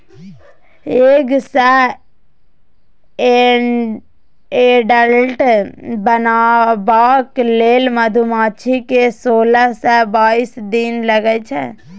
egg सँ adult बनबाक लेल मधुमाछी केँ सोलह सँ बाइस दिन लगै छै